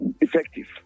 effective